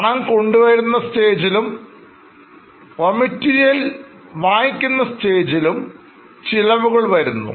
പണം കൊണ്ടുവരുന്ന സ്റ്റേജിലും RAM MATERIALS വാങ്ങിക്കുന്ന സ്റ്റേജിലും ചിലവുകൾ വരുന്നു